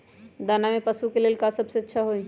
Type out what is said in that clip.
दाना में पशु के ले का सबसे अच्छा होई?